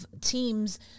teams